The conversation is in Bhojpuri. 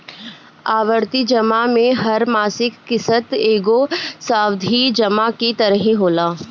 आवर्ती जमा में हर मासिक किश्त एगो सावधि जमा की तरही होला